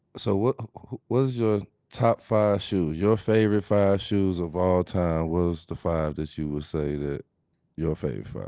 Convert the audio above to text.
so what was your top five shoes, your favorite five shoes of all times what was the five that you would say that your fave